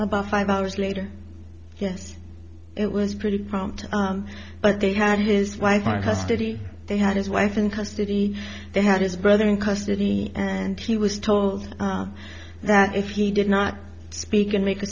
about five hours later yes it was pretty prompt but they had his wife our custody they had his wife in custody they had his brother in custody and he was told that if he did not speak and make a